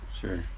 Sure